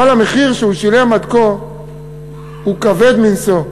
אבל המחיר שהוא שילם עד כה הוא כבד מנשוא,